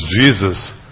Jesus